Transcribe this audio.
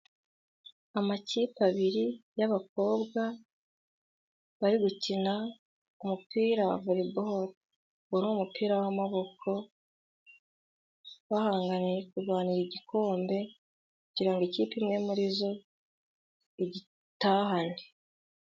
Amakipe abiri y'abakobwa bari gukina umupira wa volebolo; uwo ni umupira w'amaboko, bahanganiye kurwanira igikombe ,kugira ngo ikipe imwe muri zo igitahane.